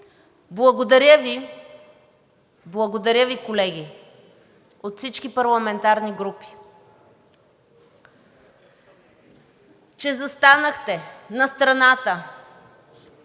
Благодаря Ви, колеги, от всички парламентарни групи, че застанахте на страната